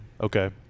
Okay